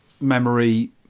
memory